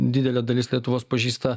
didelė dalis lietuvos pažįsta